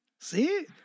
see